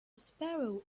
sparrow